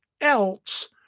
else